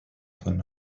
von